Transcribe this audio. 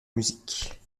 musique